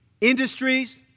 industries